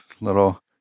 little